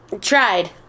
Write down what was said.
Tried